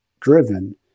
driven